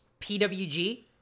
PWG